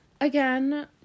again